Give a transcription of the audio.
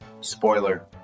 Spoiler